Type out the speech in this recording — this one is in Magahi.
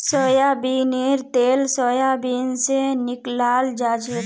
सोयाबीनेर तेल सोयाबीन स निकलाल जाछेक